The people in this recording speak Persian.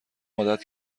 عادت